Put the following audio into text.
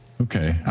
Okay